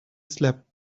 slept